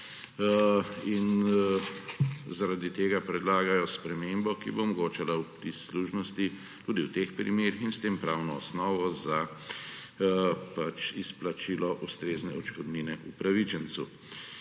In zaradi tega predlagajo spremembo, ki bo omogočala vpis služnost tudi v teh primerih in s tem pravno osnovo za izplačilo ustrezne odškodnine upravičencu.